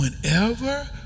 Whenever